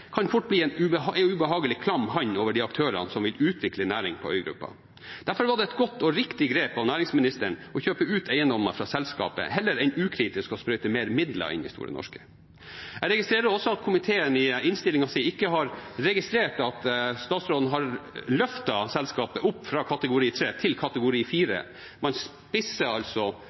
kan fort legge seg som en ubehagelig klam hånd over de aktørene som vil utvikle næring på øygruppa. Derfor var det et godt og riktig grep av næringsministeren å kjøpe ut eiendommer fra selskapet heller enn ukritisk å sprøyte inn mer midler i Store Norske. Jeg registrerer også at komiteen i innstillingen ikke har registrert at statsråden har løftet selskapet opp fra kategori 3 til kategori 4 – man spisser altså